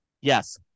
yes